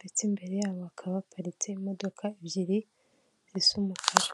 ndetse imbere yabo hakaba haparitse imodoka ebyiri zisa umukara.